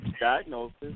diagnosis